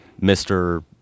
Mr